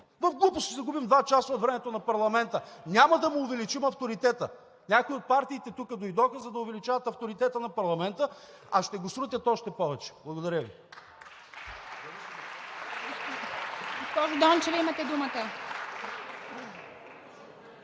В глупости ще загубим два часа от времето на парламента! Няма да му увеличим авторитета. Някои от партиите тук дойдоха, за да увеличават авторитета на парламента, а ще го срутят още повече. Благодаря Ви.